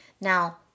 Now